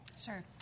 Sure